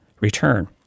return